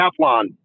Teflon